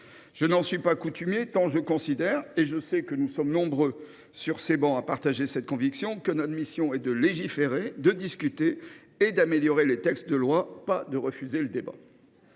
Je n’en suis pas coutumier, tant je considère – je sais que nous sommes nombreux dans cet hémicycle à partager cette conviction – que notre mission est de légiférer, de discuter et d’améliorer les textes de loi, et non pas de refuser le débat.